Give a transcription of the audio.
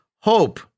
hope